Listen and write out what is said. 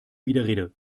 widerrede